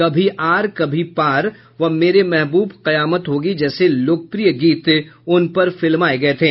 कभी आर कभी पार व मेरे महब्रब कयामत होगी जैसे लोकप्रिय गीत उन पर फिल्माए गए थे